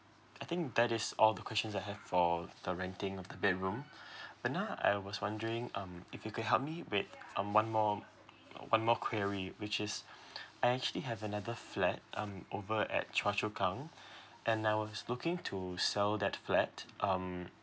I think that is all the questions I have for the renting of the bedroom but now I was wondering um if you can help me with um one more one more query which is I actually have another flat um over at choa chu kang and I was looking to sell that flat um